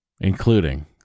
including